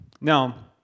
Now